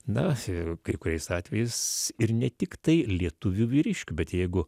na ir kai kuriais atvejais ir ne tiktai lietuvių vyriškių bet jeigu